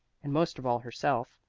and most of all herself.